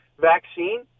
vaccine